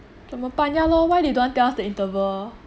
怎么办 ya loh why they don't want tell us the interval